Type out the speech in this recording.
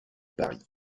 paris